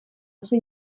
oso